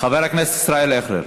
חבר הכנסת ישראל אייכלר.